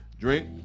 Drink